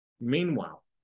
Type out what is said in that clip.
Meanwhile